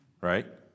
right